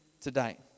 today